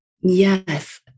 Yes